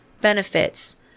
benefits